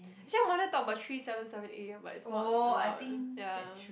actually I wanna talk about three seven seven A ah but it's not allowed ah ya